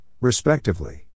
respectively